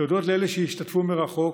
להודות לאלו שהשתתפו מרחוק,